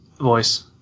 voice